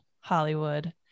Hollywood